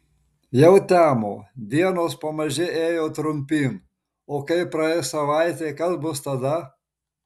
jau temo dienos pamaži ėjo trumpyn o kai praeis savaitė kas bus tada